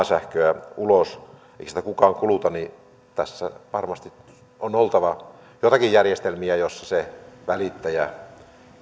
sähköä ulos eikä sitä kukaan kuluta niin tässä varmasti on oltava joitakin järjestelmiä jossa se välittäjä